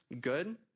good